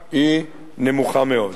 היא נמוכה מאוד.